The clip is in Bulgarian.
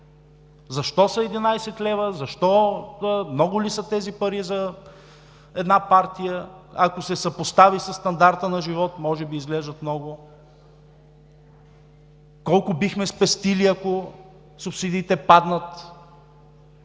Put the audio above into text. защо са 11 лв., много ли са тези пари за една партия и ако се съпостави със стандарта на живот, може да изглеждат много, колко бихме спестили, ако субсидиите паднат.